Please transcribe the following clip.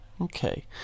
Okay